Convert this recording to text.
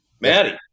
Maddie